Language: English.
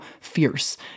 fierce